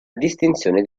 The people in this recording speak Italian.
distinzione